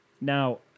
Now